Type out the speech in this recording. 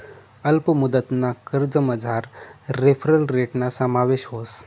अल्प मुदतना कर्जमझार रेफरल रेटना समावेश व्हस